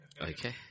Okay